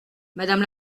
madame